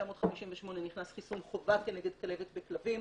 ב-1958 נכנס חיסון חובה כנגד כלבת בכלבים,